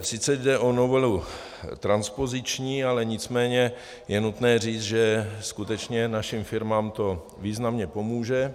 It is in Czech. Sice jde o novelu transpoziční, ale nicméně je nutné říct, že skutečně našim firmám to významně pomůže.